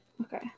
Okay